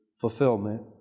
fulfillment